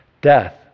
Death